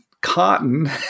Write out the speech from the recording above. cotton